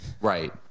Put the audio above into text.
right